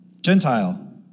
Gentile